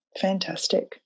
fantastic